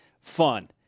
Fun